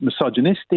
misogynistic